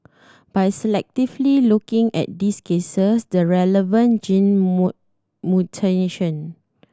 by selectively looking at these cases the relevant gene mutation